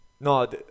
No